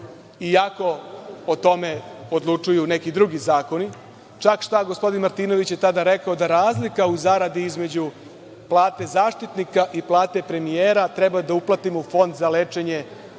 iako o tome odlučuju neki drugi zakona, čak šta gospodin Martinović je tada rekao da razlika u zaradi između plate Zaštitnika i plate premijera treba uplatimo u Fond za lečenje